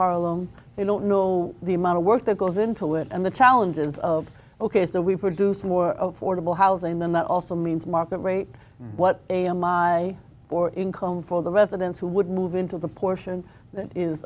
harlem they don't know the amount of work that goes into it and the challenges of ok so we produce more affordable housing then that also means market rate what am i for income for the residents who would move into the portion